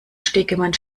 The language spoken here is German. stegemann